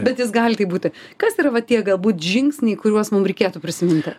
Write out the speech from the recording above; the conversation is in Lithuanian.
bet jis gali tai būti kas yra va tie galbūt žingsniai kuriuos mum reikėtų prisiminti